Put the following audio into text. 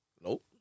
Nope